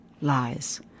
lies